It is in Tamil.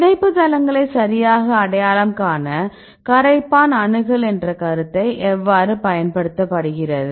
பிணைப்பு தளங்களை சரியாக அடையாளம் காண கரைப்பான் அணுகல் என்ற கருத்து எவ்வாறு பயன்படுத்தப்படுகிறது